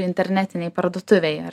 internetinėj parduotuvėje